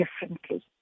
differently